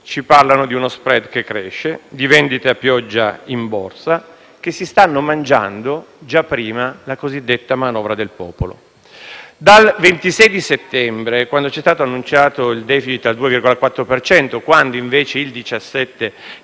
ci parlano di uno *spread* che cresce e di vendite a pioggia in Borsa, che si stanno mangiando, già prima, la cosiddetta manovra del popolo. Dal 26 settembre, quando è stato annunciato il *deficit* al 2,4 per cento - quando invece il 17 settembre